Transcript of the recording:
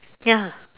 ya